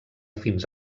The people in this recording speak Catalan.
fins